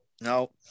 No